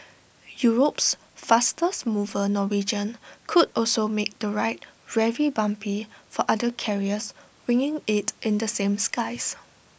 Europe's fastest mover Norwegian could also make the ride very bumpy for other carriers winging IT in the same skies